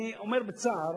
אני אומר בצער